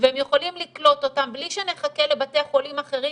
והם יכולים לקלוט אותם בלי שנחכה לבתי חולים אחרים